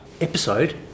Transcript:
episode